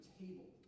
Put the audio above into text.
table